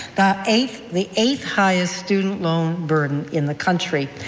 the eighth the eighth highest student loan burden in the country.